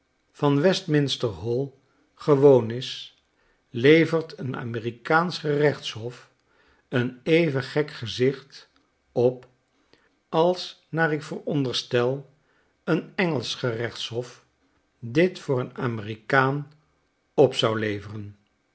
nster hall gewoon is levert een amerikaansch gerechtshof een even gek gezicht op als naar ik veronderstel een engelsch gerechtshof dit voor een amerikaan op zou leveren